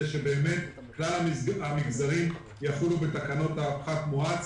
שבאמת כלל המגזרים יחולו בתקנות הפחת המואץ,